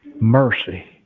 Mercy